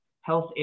health